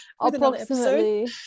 Approximately